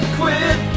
quit